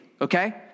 okay